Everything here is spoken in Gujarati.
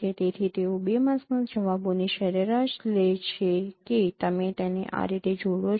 તેથી તેઓ ૨ માસ્કના જવાબોની સરેરાશ લે છે કે તમે તેને આ રીતે જોડો છો